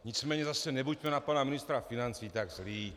Nicméně zase nebuďme na pana ministra financí tak zlí.